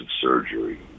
surgery